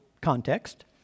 context